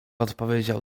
odpowiedział